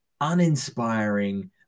uninspiring